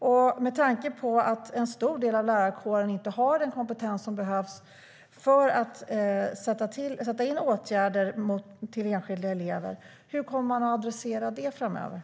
Och med tanke på att en stor del av lärarkåren inte har den kompetens som behövs för att sätta in åtgärder till enskilda elever, hur kommer man att adressera det framöver?